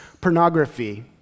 pornography